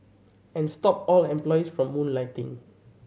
and stop all employees from moonlighting